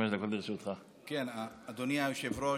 אדוני היושב-ראש,